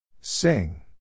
Sing